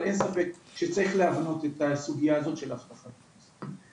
אבל אין ספק שצריך להבנות את הסוגיה הזאת של אבטחת הכנסה.